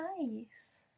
nice